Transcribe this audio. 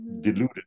deluded